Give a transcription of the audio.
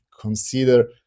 consider